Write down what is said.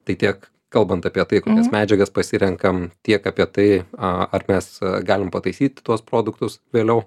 tai tiek kalbant apie tai kokias medžiagas pasirenkam tiek apie tai ar mes galim pataisyti tuos produktus vėliau